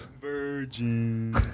Virgin